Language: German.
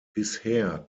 bisher